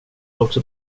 också